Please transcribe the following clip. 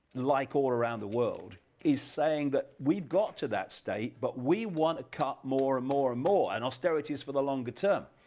like all around the world is saying that we've got to that state, but we want to cut more, and more, and more, and austerity is for the longer term,